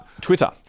Twitter